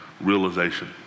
realization